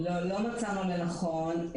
לא, לא מצאנו לנכון.